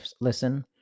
listen